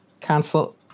Cancel